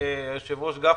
היושב ראש גפני,